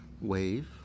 wave